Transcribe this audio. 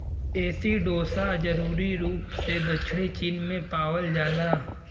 एसिडोसा जरूरी रूप से दक्षिणी चीन में पावल जाला